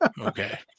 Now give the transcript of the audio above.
Okay